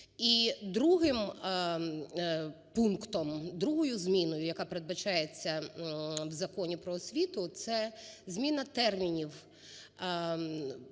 І другим пунктом, другою зміною, яка передбачається в Законі про освіту – це зміна термінів